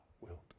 wilt